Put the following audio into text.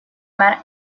mar